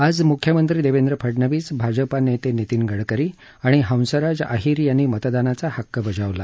आज म्ख्यमंत्री देवेंद्र फडणवीस भाजपा नेते नितीन गडकरी आणि हंसराज अहिर यांनी मतदानाचा हक्क बजावला